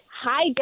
Hi